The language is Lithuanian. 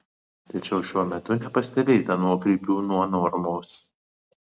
tačiau šiuo metu nepastebėta nuokrypių nuo normos